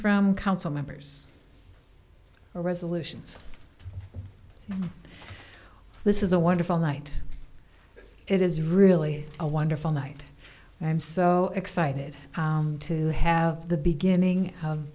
from council members resolutions this is a wonderful night it is really a wonderful night and i am so excited to have the beginning